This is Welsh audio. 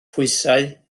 phwysau